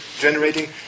generating